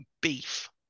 beef